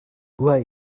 why